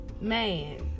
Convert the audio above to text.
man